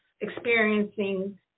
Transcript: experiencing